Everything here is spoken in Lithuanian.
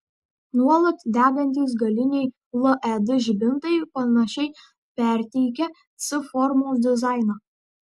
nuolat degantys galiniai led žibintai panašiai perteikia c formos dizainą